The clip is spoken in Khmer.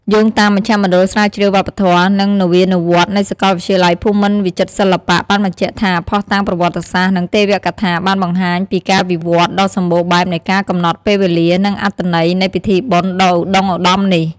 យោងតាមមជ្ឈមណ្ឌលស្រាវជ្រាវវប្បធម៌ និងនវានុវត្តន៍នៃសាកលវិទ្យាល័យភូមិន្ទវិចិត្រសិល្បៈ បានបញ្ជាក់ថា ភស្តុតាងប្រវត្តិសាស្ត្រ និងទេវកថាបានបង្ហាញពីការវិវត្តន៍ដ៏សម្បូរបែបនៃការកំណត់ពេលវេលា និងអត្ថន័យនៃពិធីបុណ្យដ៏ឧត្តុង្គឧត្តមនេះ។